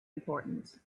important